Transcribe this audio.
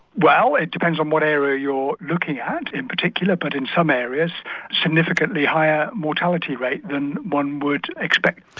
well it depends on what area you're looking at in particular, but in some areas significantly higher mortality rate than one would expect.